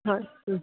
হয়